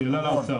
שאלה לאוצר.